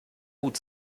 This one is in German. hut